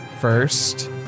First